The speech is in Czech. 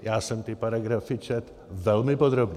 Já jsem ty paragrafy četl velmi podrobně.